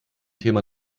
thema